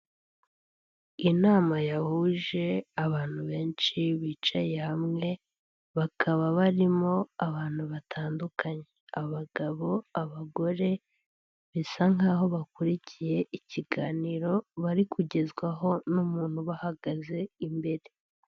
Inama yahuje abantu benshi bicaye hamwe, bakaba barimo abantu batandukanye. Abagabo, abagore, bisa nkaho bakurikiye ikiganiro, bari kugezwaho n'umuntu Ubahagaze imbere.